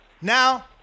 Now